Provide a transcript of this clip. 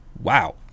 Wow